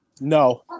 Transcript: No